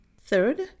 Third